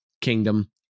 kingdom